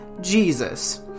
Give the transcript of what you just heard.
Jesus